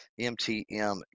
mtm